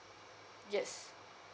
yes